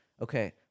okay